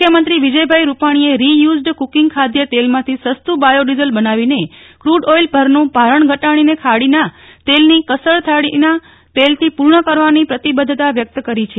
મુખ્યમંત્રી વિજયભાઈ રૂપાણીએ reused cooking ખાદ્ય તેલમાંથી સસ્તુ બાયો ડીઝલ બનાવીને કૂડ ઓઈલ પરનું ભારણ ઘટાડી ખાડીના તેલની કસર થાળીના તેલથી પૂર્ણ કરવાની પ્રતિબધ્ધતા વ્યક્ત કરી છે